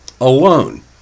alone